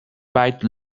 bite